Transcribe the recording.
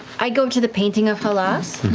i go to the painting of halas.